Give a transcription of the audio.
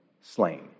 slain